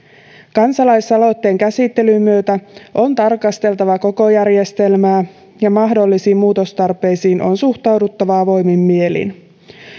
kansalaisaloitteen käsittelyn myötä on tarkasteltava koko järjestelmää ja mahdollisiin muutostarpeisiin on suhtauduttava avoimin mielin